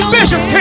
Bishop